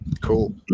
Cool